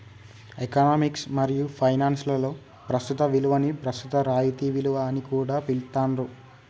economics మరియు finance లలో ప్రస్తుత విలువని ప్రస్తుత రాయితీ విలువ అని కూడా పిలుత్తాండ్రు